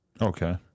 Okay